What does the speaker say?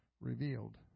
revealed